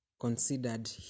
considered